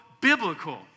biblical